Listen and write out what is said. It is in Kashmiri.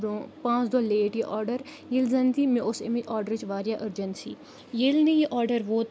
برونٛہہ پانٛژھ دۄہ لیٹ یہِ آرڈَر ییٚلہِ زَن تہِ مےٚ اوس امہِ آڈرٕچ واریاہ أرجَنسی ییٚلہِ نہٕ یہِ آرڈَر ووت